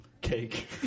Cake